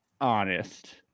honest